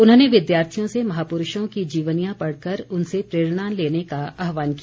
उन्होंने विद्यार्थियों से महापुरूषों की जीवनियां पढ़कर उनसे प्रेरणा लेने का आहवान किया